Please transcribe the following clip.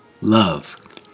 love